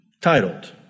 Titled